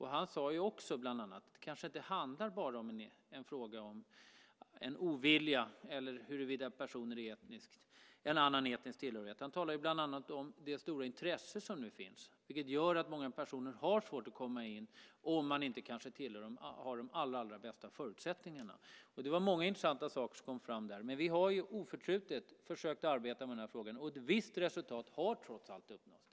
Han sade ju också bland annat att det kanske inte bara handlar om en ovilja när det gäller personer med en annan etnisk tillhörighet. Han talade ju bland annat om det stora intresse som nu finns, vilket gör att många personer kanske har svårt att komma in om de inte har de allra bästa förutsättningarna. Det var många intressanta saker som kom fram där, men vi har oförtrutet försökt arbeta med den här frågan. Och ett visst resultat har trots allt uppnåtts.